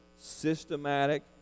systematic